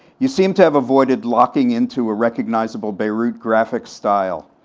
you seem to have avoided locking into a recognizable bierut graphics style,